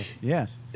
Yes